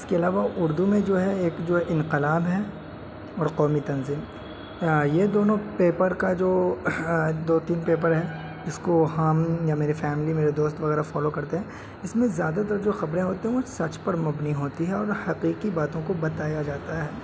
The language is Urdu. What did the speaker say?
اس کے علاوہ اردو میں جو ہے ایک جو ہے انقلاب ہے اور قومی تنظیم یہ دونوں پیپر کا جو دو تین پیپر ہیں جس کو ہم یا میری فیملی یا میرے دوست وغیرہ فالو کرتے ہیں اس میں زیادہ تر جو خبریں ہوتی ہیں وہ سچ پر مبنی ہوتی ہیں اور حقیقی باتوں کو بتایا جاتا ہے